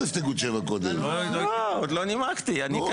נו, תנמק.